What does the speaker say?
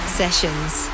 sessions